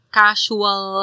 casual